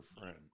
friend